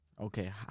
Okay